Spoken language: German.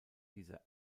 dieser